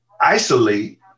isolate